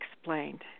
explained